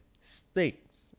States